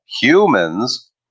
humans